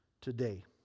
today